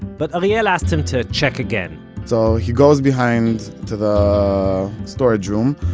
but ariel asked him to check again so he goes behind to the storage room,